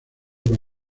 con